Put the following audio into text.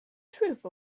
truth